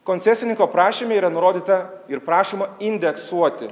koncesininko prašyme yra nurodyta ir prašoma indeksuoti